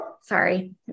Sorry